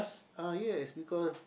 uh yes because